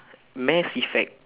mass effect